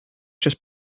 just